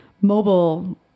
mobile